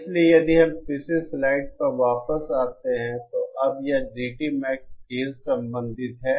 इसलिए यदि हम पिछली स्लाइड पर वापस आते हैं तो अब यह GTMax K से संबंधित है